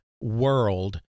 world